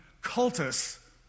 cultus